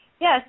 Yes